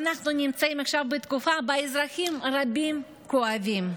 אנחנו נמצאים עכשיו בתקופה שבה אזרחים רבים כואבים,